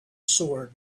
sword